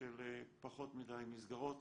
של פחות מדי מסגרות